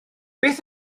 beth